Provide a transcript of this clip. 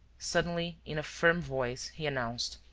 suddenly, in a firm voice, he announced,